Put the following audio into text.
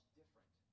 different